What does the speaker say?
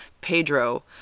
Pedro